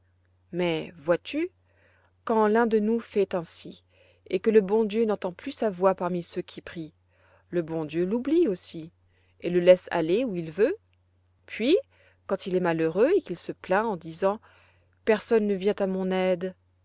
mais vois-tu quand l'un de nous fait ainsi et que le bon dieu n'entend plus sa voix parmi ceux qui prient le bon dieu l'oublie aussi et le laisse aller où il veut puis quand il est malheureux et qu'il se plaint en disant personne ne vient à mon aide